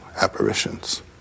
apparitions